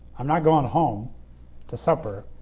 i'm not going home to supper